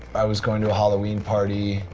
i was going to a halloween party.